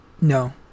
No